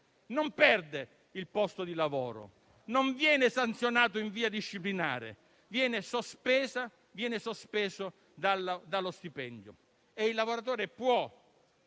non perde il posto di lavoro, non viene sanzionato in via disciplinare, ma viene sospeso dallo stipendio. Il lavoratore può